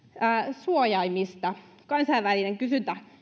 suojaimista kansainvälinen kysyntä